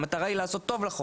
המטרה היא לעשות טוב לחוק.